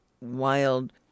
wild